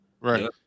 Right